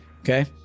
okay